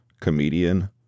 comedian